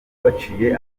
baciye